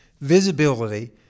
visibility